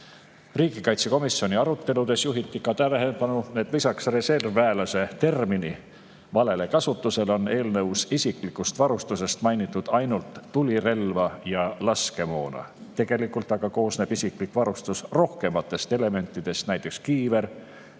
Riigikaitsekomisjoni aruteludes juhiti ka tähelepanu, et lisaks termini "reservväelane" valele kasutusele on eelnõus isiklikust varustusest mainitud ainult tulirelva ja laskemoona. Tegelikult aga koosneb isiklik varustus rohkematest elementidest, [sealhulgas] näiteks kiiver,